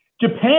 Japan